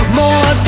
more